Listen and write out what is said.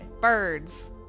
Birds